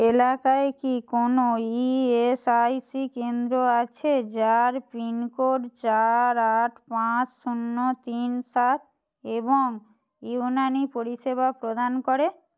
এলাকায় কি কোনো ইএসআইসি কেন্দ্র আছে যার পিন কোড চার আট পাঁচ শূন্য তিন সাত এবং ইউনানী পরিষেবা প্রদান করে